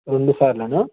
రెండుసార్లేనా